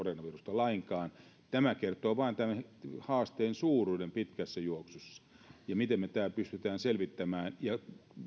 lainkaan tämä kertoo vain tämän haasteen suuruuden pitkässä juoksussa miten me tämän pystymme selvittämään ja